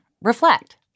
reflect